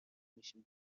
میشیم